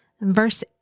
Verse